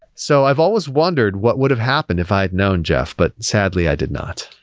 so i've always wondered what would've happened if i'd known jeff, but sadly i did not.